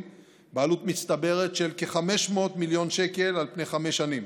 בעלות מצטברת של כ-500 מיליון שקל על פני חמש שנים.